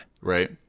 Right